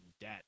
debt